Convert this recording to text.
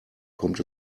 kommt